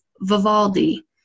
Vivaldi